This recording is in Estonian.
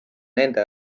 nende